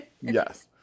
Yes